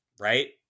right